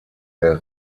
der